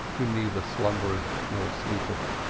who neither slumbereth nor sleepeth,